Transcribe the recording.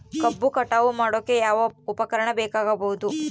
ಕಬ್ಬು ಕಟಾವು ಮಾಡೋಕೆ ಯಾವ ಉಪಕರಣ ಬೇಕಾಗಬಹುದು?